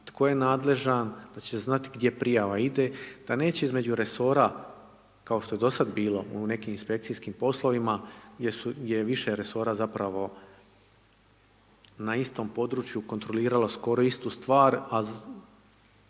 tko je nadležan, da će se znati gdje prijava ide, da neće između resora, kao što je do sada bilo u nekim inspekcijskim poslovima gdje je više resora zapravo na istom području kontrolirala skoro istu stvar, a